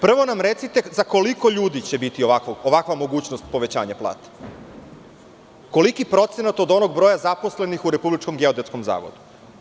Prvo nam recite za koliko ljudi će biti ovakva mogućnost povećanja plata, koliki procenat od onog broja zaposlenih u Republičkom geodetskom zavodu?